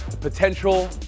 potential